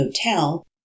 Hotel